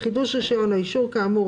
חידוש רישיון או אישור כאמור,